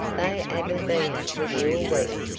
they aven't been with you a week,